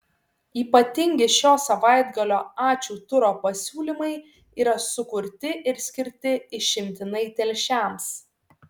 ypatingi šio savaitgalio ačiū turo pasiūlymai yra sukurti ir skirti išimtinai telšiams